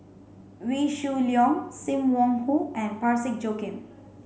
Wee Shoo Leong Sim Wong Hoo and Parsick Joaquim